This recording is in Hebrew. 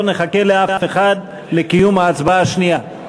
לא נחכה לאף אחד לקיום ההצבעה השנייה.